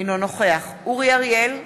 אינו נוכח אורי אריאל,